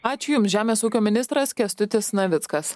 ačiū jum žemės ūkio ministras kęstutis navickas